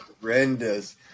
horrendous